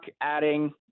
adding